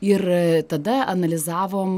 ir tada analizavom